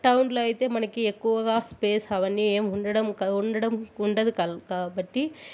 టౌన్లో అయితే మనకి ఎక్కువగా స్పేస్ అవన్నీ ఏమి ఉండడం ఉండడం ఉండదు కా కాబట్టి